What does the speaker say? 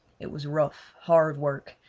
it was rough, hard work,